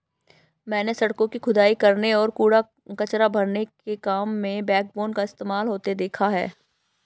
मैंने सड़कों की खुदाई करने और कूड़ा कचरा भरने के काम में बैकबोन का इस्तेमाल होते देखा है